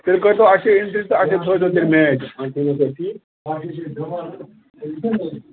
تیٚلہِ کٔرۍتو اَسی تیٚلہِ میچ